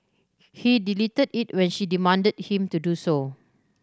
he deleted it when she demanded him to do so